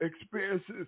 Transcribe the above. experiences